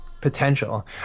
potential